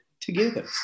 together